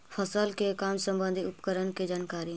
फसल के काम संबंधित उपकरण के जानकारी?